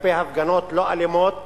כלפי הפגנות לא אלימות